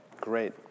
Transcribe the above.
great